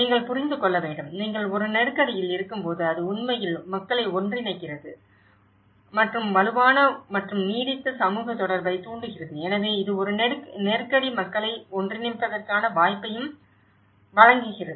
நீங்கள் புரிந்து கொள்ள வேண்டும் நீங்கள் ஒரு நெருக்கடியில் இருக்கும்போது அது உண்மையில் மக்களை ஒன்றிணைக்கிறது மற்றும் வலுவான மற்றும் நீடித்த சமூக தொடர்பைத் தூண்டுகிறது எனவே இது ஒரு நெருக்கடி மக்களை ஒன்றிணைப்பதற்கான வாய்ப்பையும் வழங்குகிறது